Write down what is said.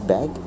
Bag